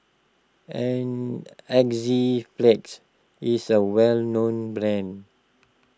Enzyplex is a well known brand